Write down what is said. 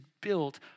built